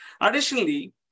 Additionally